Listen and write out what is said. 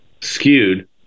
skewed